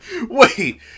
wait